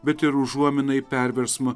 bet ir užuominą į perversmą